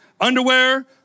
underwear